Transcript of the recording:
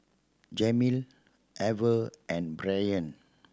Jameel Ever and Brynn